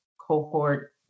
cohort